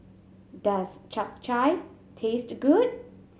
does Chap Chai taste good